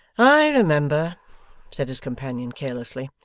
i remember said his companion carelessly.